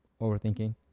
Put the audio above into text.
overthinking